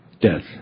death